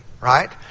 right